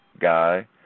guy